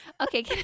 Okay